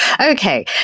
Okay